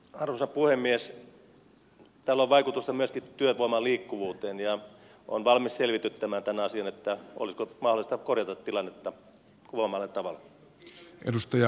tällä on vaikutusta myöskin työvoiman liikkuvuuteen ja olen valmis selvityttämään tämän asian että olisiko mahdollista korjata tilannetta kuvaamallanne tavalla